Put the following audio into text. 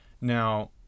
Now